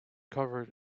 covered